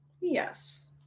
Yes